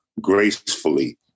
gracefully